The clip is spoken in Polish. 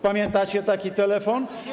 Pamiętacie taki telefon?